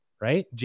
right